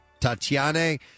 Tatiane